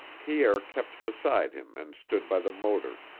pierre kept beside him and stood by the motor,